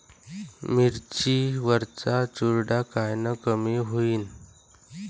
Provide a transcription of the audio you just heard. मिरची वरचा चुरडा कायनं कमी होईन?